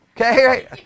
Okay